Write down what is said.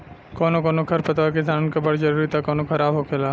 कौनो कौनो खर पतवार किसानन के बड़ जरूरी त कौनो खराब होखेला